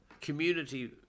community